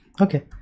Okay